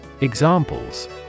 Examples